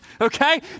okay